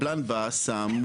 בהצעה הזאת